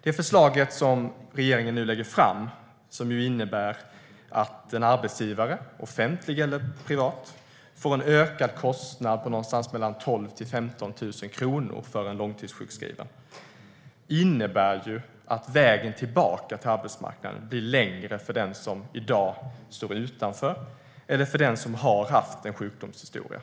Det förslag som regeringen nu lägger fram innebär att en arbetsgivare - offentlig eller privat - får en ökad kostnad på någonstans mellan 12 000 och 15 000 kronor per år för en långtidssjukskriven. Detta innebär ju att vägen tillbaka till arbetsmarknaden blir längre för den som i dag står utanför eller för den som har en sjukdomshistoria.